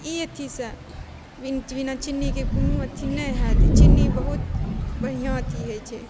ई एक चीजसँ बिना चिन्नीके कोनो अथि नहि हैत चिन्नी बहुत बढ़िआँ अथि होइ छै